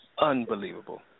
Unbelievable